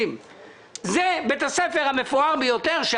היא הקמת בית ספר קולינרי נוסף בבאר שבע,